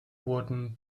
wurden